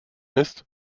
ist